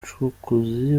umucukuzi